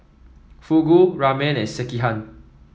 Fugu Ramen and Sekihan